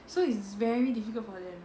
so it's very difficult for them